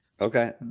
Okay